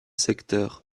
secteur